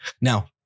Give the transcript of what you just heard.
Now